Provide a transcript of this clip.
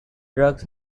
drugs